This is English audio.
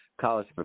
college